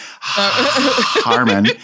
Harmon